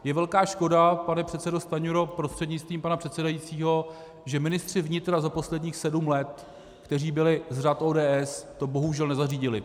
Je velká škoda, pane předsedo Stanjuro prostřednictvím pana předsedajícího, že ministři vnitra za posledních sedm let, kteří byli z řad ODS, to bohužel nezařídili.